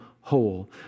whole